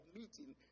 meeting